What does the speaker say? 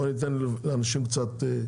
בוא ניתן לאנשים קצת,